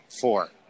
Four